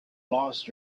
lost